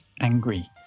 angry